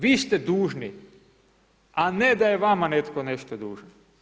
Vi ste dužni, a ne da je vama netko nešto dužan.